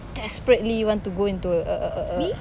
desperately want to go into a a a a a